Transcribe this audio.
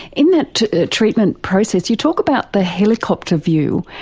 in that treatment process you talk about the helicopter view.